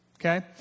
Okay